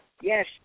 Yes